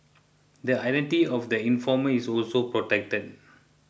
the identity of the informer is also protected